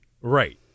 Right